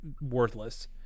worthless